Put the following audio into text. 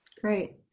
great